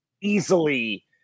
easily